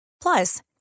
Plus